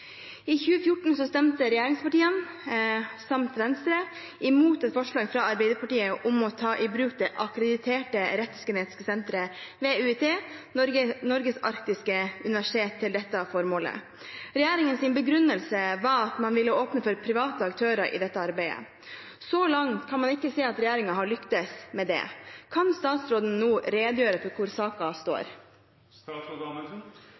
i strafferettspleien. I 2014 stemte regjeringspartiene samt Venstre imot et forslag fra Arbeiderpartiet om å ta i bruk det akkrediterte Rettsgenetisk senter ved UiT Norges Arktiske Universitet til dette formålet. Regjeringens begrunnelse var at man vil åpne for private aktører i dette arbeidet. Så langt ser ikke regjeringen ut til å ha lyktes med dette. Kan statsråden redegjøre for hvor saken står?»